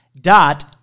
dot